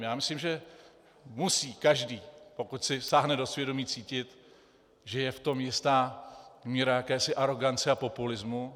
Já myslím, že musí každý, pokud si sáhne do svědomí, cítit, že je v tom jistá míra jakési arogance a populismu.